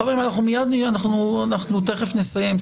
חברים, אנחנו מייד נהיה, אנחנו תכף נסיים.